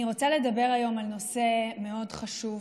אני רוצה לדבר היום על נושא חשוב מאוד.